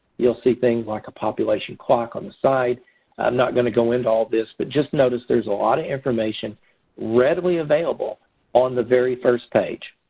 you'll see things like a population clock on the site. i'm not going to go into all this, but just notice there's a lot of information readily available on the very first page.